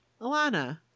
Alana